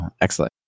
excellent